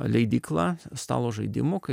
leidykla stalo žaidimų kaip